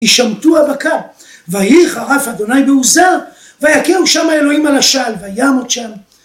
כי שמטו הבקר, וייחר אף אדוני בעוזה, ויכהו שם האלוהים על השל וימות שם.